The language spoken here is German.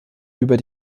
über